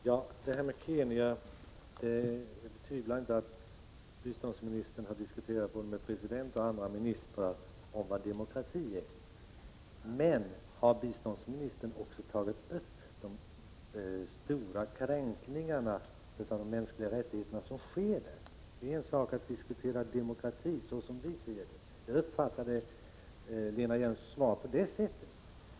Herr talman! När det gäller Kenya så betvivlar jag inte att biståndsministern där har diskuterat både med presidenten och med ministrar om vad demokrati är, men har biståndsministern också tagit upp de omfattande kränkningar av mänskliga rättigheter som sker i Kenya? Jag uppfattade Lena Hjelm-Walléns inlägg på det sättet att vad man har diskuterat är demokrati såsom vi ser det.